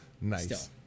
Nice